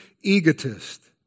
egotist